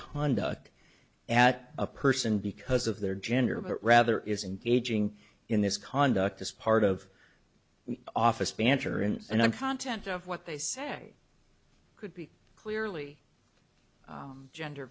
conduct at a person because of their gender but rather is engaging in this conduct as part of the office banter and i'm content of what they say could be clearly gender